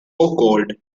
called